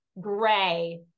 gray